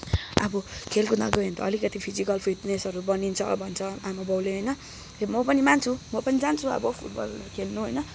अब खेलकुदमा गयो भने त अलिकति फिजिकल फिटनेसहरू बनिन्छ भन्छ आमा बाउले होइन म पनि मान्छु म पनि जान्छु अब फुटबल खेल्नु होइन